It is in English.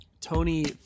Tony